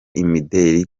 imideli